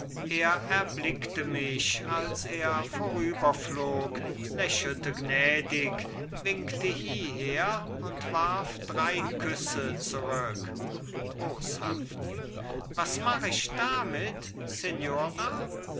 er erblickte mich als er vorüberflog lächelte gnädig winkte hieher und warf drei küsse zurück boshaft was mach ich damit signora